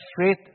faith